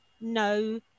no